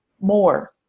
more